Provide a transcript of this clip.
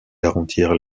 garantir